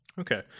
Okay